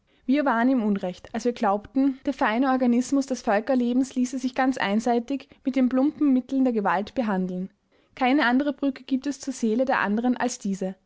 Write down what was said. wir waren im unrecht als wir glaubten der feine organismus des völkerlebens ließe sich ganz einseitig mit den plumpen mitteln der gewalt behandeln keine andere brücke gibt es zur seele der andern als diese